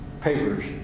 papers